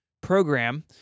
program